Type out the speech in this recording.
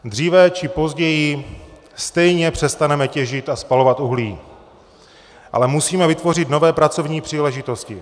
Dříve či později stejně přestaneme těžit a spalovat uhlí, musíme ale vytvořit nové pracovní příležitosti.